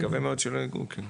אני מקווה מאוד שלא ייגעו.